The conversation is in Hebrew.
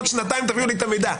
בעוד שנתיים תביאו לי את המידע.